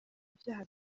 ibyaha